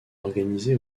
organisé